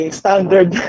standard